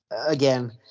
again